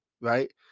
right